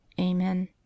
Amen